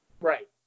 Right